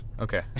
okay